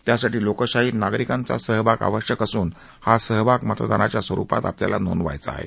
त्यासाठी लोकशाहीत ना रिकांचा सहभा आवश्यक असून हा सहभा मतदानाच्या स्वरूपात आपल्याला नोंदवायचा आहे